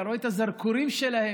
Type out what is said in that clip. אתה רואה את הזרקורים שלהם,